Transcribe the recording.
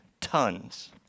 tons